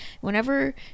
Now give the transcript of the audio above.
whenever